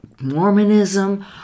Mormonism